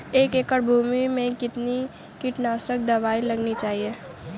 एक एकड़ भूमि में कितनी कीटनाशक दबाई लगानी चाहिए?